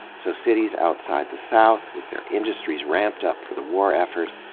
so cities outside the south, with their industries ramped up for the war effort,